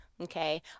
okay